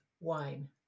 wine